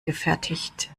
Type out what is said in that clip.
gefertigt